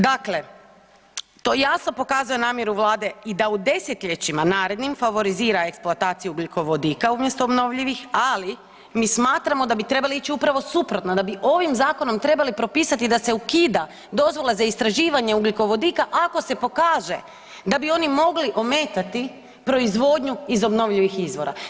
Dakle, to jasno pokazuje namjeru Vlade da i u desetljećima narednim favorizira eksploataciju ugljikovodika umjesto obnovljivih, ali mi smatramo da bi trebali ići upravo suprotno, da bi ovim zakonom trebali propisati da se ukida dozvola za istraživanje ugljikovodika, ako se pokaže da bi oni mogli ometati proizvodnju iz obnovljivih izvora.